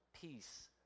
peace